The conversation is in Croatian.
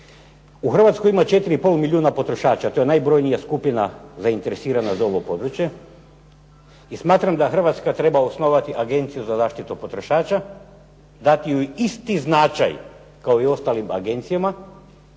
U Hrvatskoj ima 4,5 milijuna potrošača, to je najbrojnija skupina zainteresirana za ovo područje i smatram da Hrvatska treba osnovati agenciju za zaštitu potrošača, dati joj isti značaj kao i ostalim agencijama